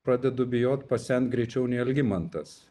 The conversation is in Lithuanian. pradedu bijot pasent greičiau nei algimantas